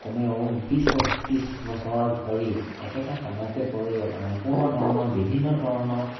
কমেও বিছ পঁয়ত্ৰিছ বছৰ ধৰি একেটা কামকে কৰি সম্পূৰ্ণ ধৰণৰ বিভিন্ন ধৰণৰ